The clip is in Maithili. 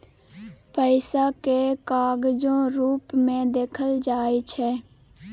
पैसा केँ कागजो रुप मे देखल जाइ छै